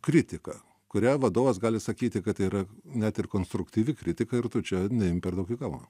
kritika kurią vadovas gali sakyti kad tai yra net ir konstruktyvi kritika ir tu čia neimk per daug į galvą